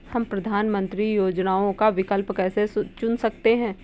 हम प्रधानमंत्री योजनाओं का विकल्प कैसे चुन सकते हैं?